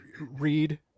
read